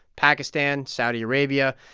pakistan, saudi arabia.